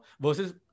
versus